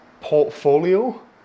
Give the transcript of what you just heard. portfolio